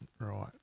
Right